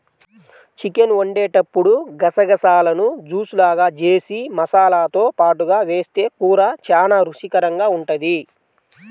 chicken వండేటప్పుడు గసగసాలను juice లాగా జేసి మసాలాతో పాటుగా వేస్తె కూర చానా రుచికరంగా ఉంటది